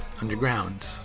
underground